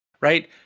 right